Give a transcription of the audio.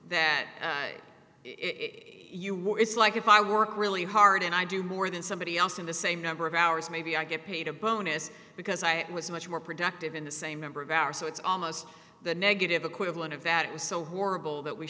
more it's like if i work really hard and i do more than somebody else in the same number of hours maybe i get paid a bonus because i was much more productive in the same number of hours so it's almost the negative equivalent of that it was so horrible that we